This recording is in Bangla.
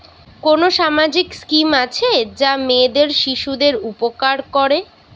কোন সামাজিক স্কিম আছে যা মেয়ে শিশুদের উপকার করে?